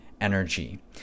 energy